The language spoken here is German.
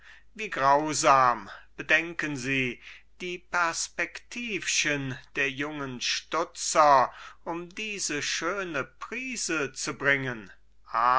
wie grausam bedenken sie die perspektivchen der jungen stutzer um diese schöne prise zu bringen